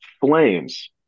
flames